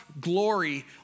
glory